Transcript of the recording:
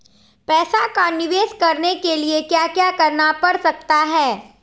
पैसा का निवेस करने के लिए क्या क्या करना पड़ सकता है?